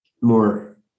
more